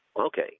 Okay